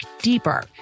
deeper